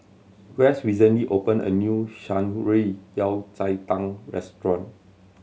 Wes recently opened a new Shan Rui Yao Cai Tang restaurant